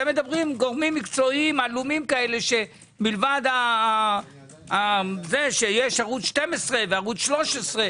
אתם מדברים עם גורמים מקצועיים עלומים שמלבד זה שיש ערוץ 12 וערוץ 13,